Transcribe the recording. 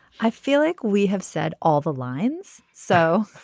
i feel like we have said all the lines so.